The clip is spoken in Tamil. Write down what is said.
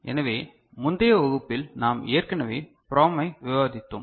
எனவே முந்தைய வகுப்பில் நாம் ஏற்கனவே PROM ஐ விவாதித்தோம்